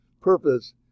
purpose